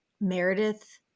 Meredith